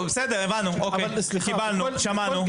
הבנו, קיבלנו, שמענו.